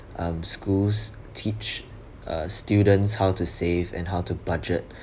um schools teach uh students how to save and how to budget